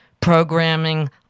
programming